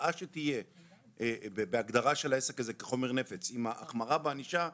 ההרתעה שתהיה בהגדרה של העסק הזה כחומר נפץ עם ההחמרה בענישה,